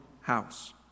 house